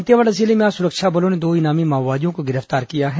दंतेवाड़ा जिले में आज सुरक्षा बलों ने दो इनामी माओवादियों को गिरफ्तार किया है